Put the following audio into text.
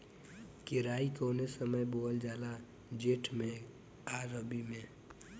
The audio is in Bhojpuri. केराई कौने समय बोअल जाला जेठ मैं आ रबी में?